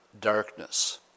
darkness